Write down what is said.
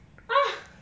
!huh!